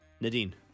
Nadine